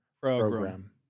program